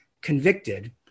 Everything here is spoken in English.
convicted